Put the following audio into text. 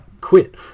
quit